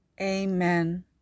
Amen